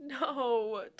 no